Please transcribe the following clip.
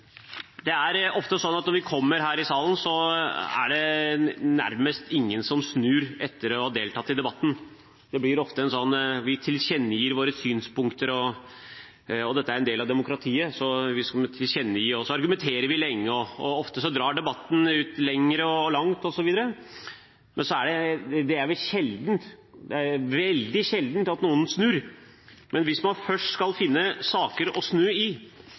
Det er ofte sånn at når vi kommer her i salen, er det nærmest ingen som snur etter å ha deltatt i debatten. Vi tilkjennegir våre synspunkter – og dette er en del av demokratiet – vi argumenterer lenge, og ofte drar debattene ut lenger enn langt. Det er veldig sjelden at noen snur. Men hvis man først skal finne en sak å snu i,